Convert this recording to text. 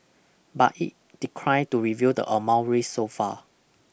but it declined to reveal the amount raised so far